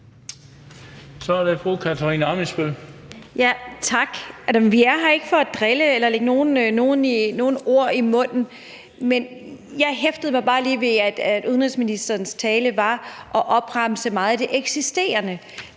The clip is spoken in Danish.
Vi er her ikke for at drille eller for at lægge ord i munden på nogen. Men jeg hæftede mig bare lige ved, at der i udenrigsministerens tale blev opremset meget af det eksisterende.